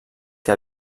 que